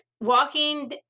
walking